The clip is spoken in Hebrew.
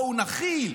בואו נכיל,